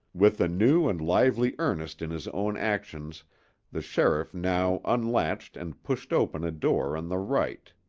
with a new and lively interest in his own actions the sheriff now unlatched and pushed open a door on the right,